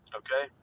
okay